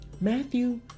Matthew